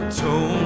tone